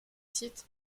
site